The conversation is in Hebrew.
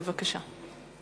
בבקשה.